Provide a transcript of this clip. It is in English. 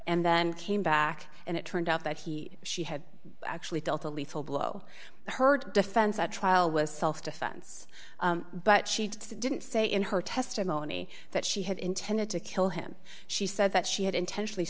and then came back and it turned out that he she had actually dealt a lethal blow her defense at trial was self defense but she didn't say in her testimony that she had intended to kill him she said that she had intentionally